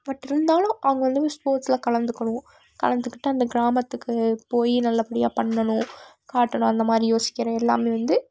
but இருந்தாலும் அவங்க வந்து ஸ்போர்ட்ஸ்சில் கலந்துக்கணும் கலந்துக்கிட்டு அந்த கிராமத்துக்கு போய் நல்ல படியாகப் பண்ணணும் காட்டணும் அந்தமாதிரி யோசிக்கிற எல்லாமே வந்து